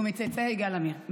הוא מצאצאי יגאל עמיר,